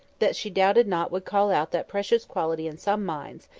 that she doubted not would call out that precious quality in some minds,